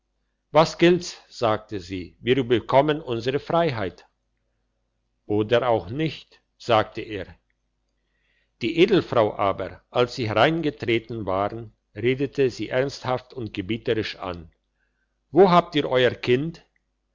was gilt's sagte sie wir bekommen unsere freiheit oder auch nicht sagte er die edelfrau aber als sie hereingetreten waren redete sie ernsthaft und gebieterisch an wo habt ihr euer kind